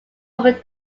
over